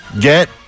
get